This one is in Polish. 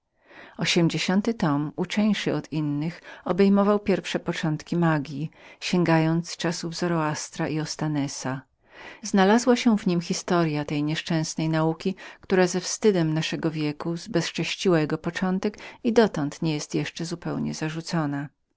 ośmdziesiąt tom uczeńszy od drugich obejmował pierwsze początki magji sięgając czasów zoroastra i otanesa a może być i onanesa znajdowano w nim historyę tej nieszczęsnej nauki która ze wstydem naszego wieku zbezcześciła jego początek i dotąd nie jest jeszcze zupełnie zarzuconą